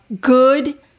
good